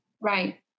Right